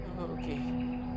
okay